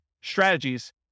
strategies